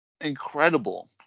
incredible